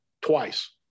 twice